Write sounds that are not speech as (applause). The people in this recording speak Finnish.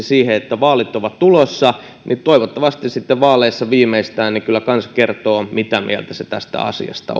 (unintelligible) siihen että vaalit ovat tulossa niin toivottavasti sitten vaaleissa viimeistään kyllä kansa kertoo mitä mieltä se tästä asiasta (unintelligible)